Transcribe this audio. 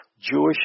Jewish